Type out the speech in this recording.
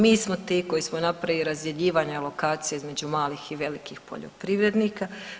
Mi smo ti koji smo napravili razdjeljivanja lokacija između malih i velikih poljoprivrednika.